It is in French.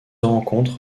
rencontre